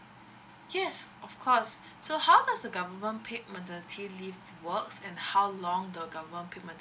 yes of course so how does the government paid maternity leave works and how long the government paid maternity